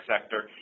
sector